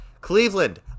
Cleveland